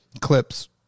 clips